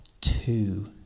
two